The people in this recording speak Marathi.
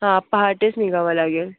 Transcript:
हं पहाटेच निघावं लागेल